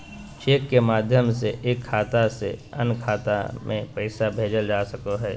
cheque के माध्यम से एक खाता से अन्य खाता में पैसा भेजल जा सको हय